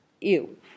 ew